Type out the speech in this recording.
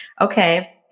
Okay